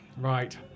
Right